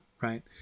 right